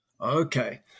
Okay